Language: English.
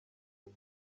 and